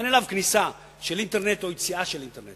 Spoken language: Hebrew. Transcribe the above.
אין אליו כניסה של אינטרנט או יציאה של אינטרנט.